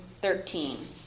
thirteen